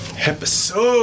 Episode